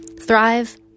Thrive